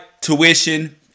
tuition